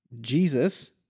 Jesus